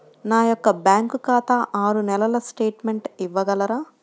నా యొక్క బ్యాంకు ఖాతా ఆరు నెలల స్టేట్మెంట్ ఇవ్వగలరా?